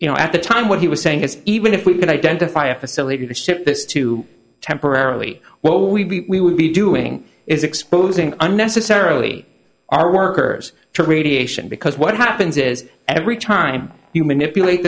you know at the time what he was saying is even if we can identify a facility to ship this to temporarily what we would be doing is exposing unnecessarily our workers to radiation because what happens is every time you manipulate